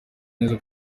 neza